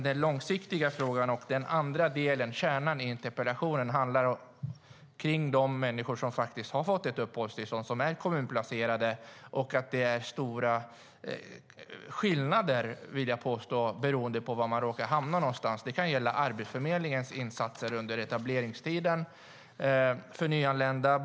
Den långsiktiga frågan och kärnan i interpellationen handlar dock om de människor som faktiskt har fått uppehållstillstånd och som är kommunplacerade samt att det beroende på var man råkar hamna någonstans är stora skillnader - vill jag påstå. Det kan gälla Arbetsförmedlingens insatser för nyanlända under etableringstiden.